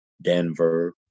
Denver